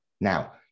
Now